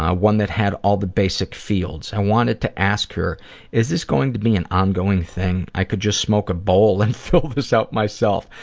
one that had all the basic fields. i wanted to ask her is this going to be an ongoing thing? i could just smoke a bowl and fill this out myself.